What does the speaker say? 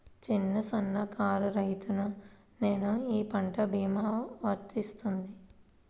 చిన్న సన్న కారు రైతును నేను ఈ పంట భీమా వర్తిస్తుంది?